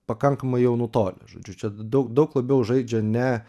pakankamai jau nutolę žodžiu čia daug daug labiau žaidžia ne